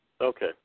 Okay